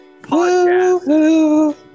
Podcast